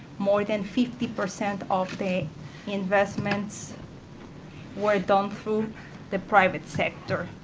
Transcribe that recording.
more than fifty percent of the investments were done through the private sector.